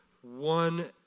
one